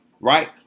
Right